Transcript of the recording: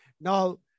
Now